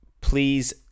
please